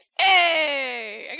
Hey